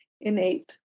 innate